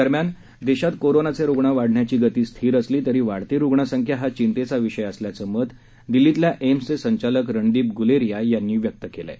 दरम्यान देशात कोरोनाचे रुग्ण वाढण्याची गती स्थिर असली तरी वाढती रुग्णसंख्या हा चिंतेचा विषय असल्याचं मत दिल्लीतल्या एम्सचे संचालक रणदीप गुलेरीया यांनी व्यक्त केलं आहे